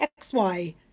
XY